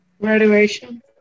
graduation